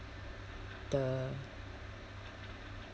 the